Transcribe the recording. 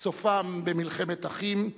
סופן במלחמת אחים,